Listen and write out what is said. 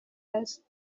است